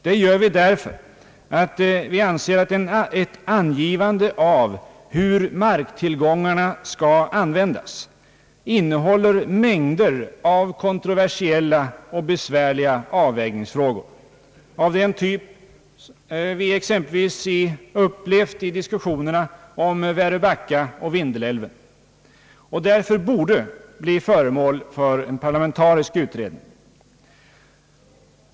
Det gör vi därför att vi anser att ett angivande av hur marktillgångarna skall användas innehåller mängder av kontroversiella och besvärliga avvägningsfrågor av den typ vi exempelvis upplevt i diskussionerna om Väröbacka eller Vindelälven och därför borde bli föremål för en parlamentarisk utred ning.